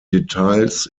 details